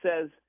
says